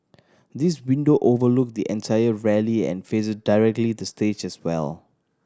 these window overlook the entire rally and faces directly the stage as well